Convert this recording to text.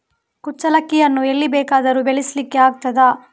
ಕುಚ್ಚಲಕ್ಕಿಯನ್ನು ಎಲ್ಲಿ ಬೇಕಾದರೂ ಬೆಳೆಸ್ಲಿಕ್ಕೆ ಆಗ್ತದ?